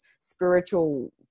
spiritual